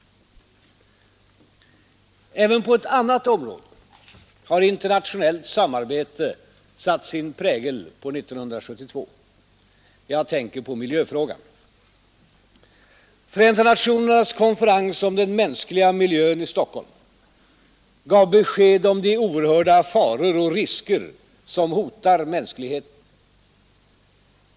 Även på ett annat område har internationellt samarbete satt sin prägel på 1972. Jag tänker på miljöfrågan. Förenta nationernas konferens om den mänskliga miljön i Stockholm gav besked om de oerhörda faror och risker som hotar mänskligheten.